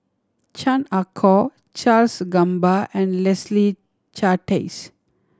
Chan Ah Kow Charles Gamba and Leslie Charteris